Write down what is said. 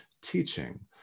teaching